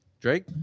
Drake